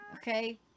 Okay